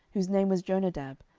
whose name was jonadab,